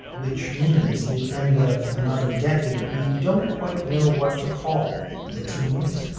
which means the end of another decade we don't quite know what to call the teams,